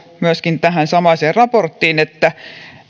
myöskin tähän samaiseen raporttiin on kirjattu että